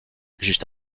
juste